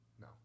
No